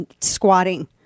squatting